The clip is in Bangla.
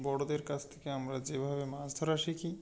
বড়দের কাছ থেকে আমরা যেভাবে মাছ ধরা শিখি